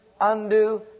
undo